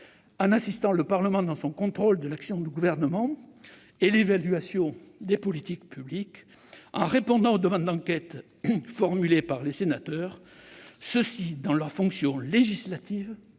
en assistant le Parlement dans son contrôle de l'action du Gouvernement et l'évaluation des politiques publiques et en répondant aux demandes d'enquêtes formulées par les sénateurs, ceux-ci, dans leurs fonctions législatives